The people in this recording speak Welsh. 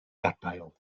gadael